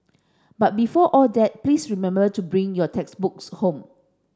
but before all that please remember to bring your textbooks home